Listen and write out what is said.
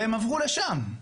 והם עברו לשם.